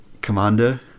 commander